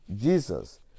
Jesus